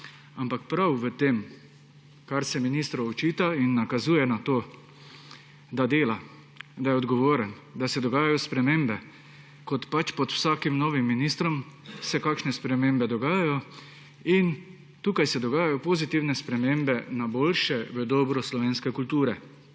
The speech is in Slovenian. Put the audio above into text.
Ampak prav to, kar se ministru očita, nakazuje na to, da dela, da je odgovoren, da se dogajajo spremembe, kot se pač pod vsakim novim ministrom kakšne spremembe dogajajo, in tukaj se dogajajo pozitivne spremembe, na boljše, v dobro slovenske kulture.